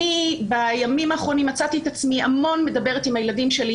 אני בימים האחרונים מצאתי את עצמי המון מדברת עם הילדים שלי,